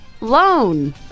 loan